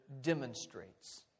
demonstrates